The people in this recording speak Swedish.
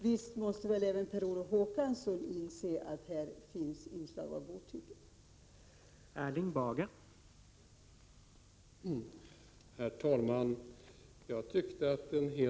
Visst måste väl även Per Olof Håkansson inse att det finns ett inslag av godtycke här?